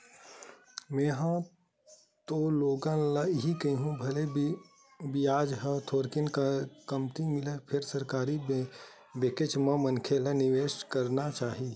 में हा ह तो लोगन ल इही कहिहूँ भले बियाज ह थोरकिन कमती मिलय फेर सरकारी बेंकेच म मनखे ल निवेस करना चाही